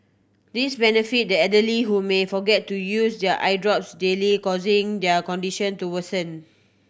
this benefits the elderly who may forget to use their eye drops daily causing their condition to worsen